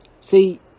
See